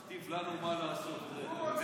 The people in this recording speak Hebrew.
מכתיב לנו מה לעשות, אתה מבין?